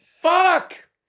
Fuck